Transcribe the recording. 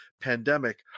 Pandemic